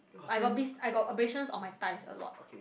I got blis~ I got abrasions on my thighs is a lot